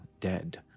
dead